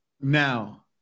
now